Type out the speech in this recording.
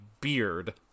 beard